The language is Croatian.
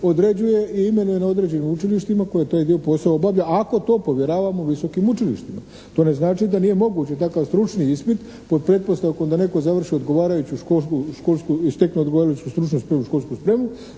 određuje i imenuje na određenim učilištima koji taj dio posla obavlja ako to povjeravamo visokim učilištima. To ne znači da nije moguće takav stručni ispit pod pretpostavkom da netko završi odgovarajuću školsku i stekne odgovarajuću stručnu spremu, školsku spremu